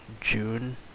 June